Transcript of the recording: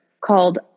called